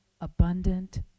abundant